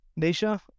Nisha